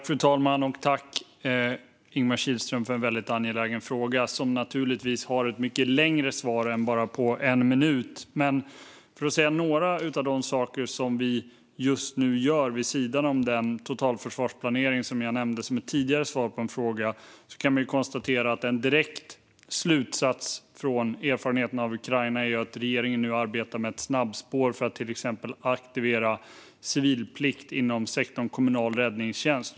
Fru talman! Jag tackar Ingemar Kihlström för en väldigt angelägen fråga, som naturligtvis kräver ett mycket längre svar än bara på en minut. Jag ska dock säga några av de saker som vi just nu gör vid sidan om den totalförsvarsplanering som jag nämnde i mitt svar på en tidigare fråga. En direkt konsekvens av erfarenheterna från Ukraina är att regeringen nu arbetar med ett snabbspår för att till exempel aktivera civilplikt inom sektorn kommunal räddningstjänst.